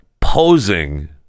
posing